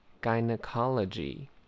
Gynecology